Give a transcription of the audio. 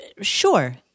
Sure